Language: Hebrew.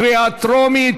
קריאה טרומית.